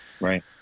Right